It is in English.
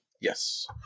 Yes